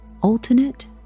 alternate